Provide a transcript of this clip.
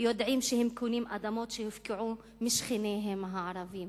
יודעים שהם קונים אדמות שהופקעו משכניהם הערבים